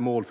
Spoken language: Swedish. många.